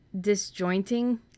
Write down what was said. disjointing